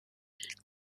ilk